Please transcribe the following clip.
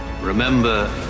Remember